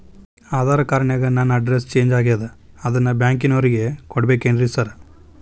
Aadhaar card ನ್ಯಾಗ ನನ್ address change ಆಗ್ಯಾದ ಅದನ್ನ ಬ್ಯಾಂಕಿನೊರಿಗೆ ಕೊಡ್ಬೇಕೇನ್ರಿ ಸಾರ್?